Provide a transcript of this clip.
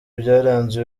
byaranze